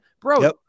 bro